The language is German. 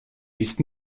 ist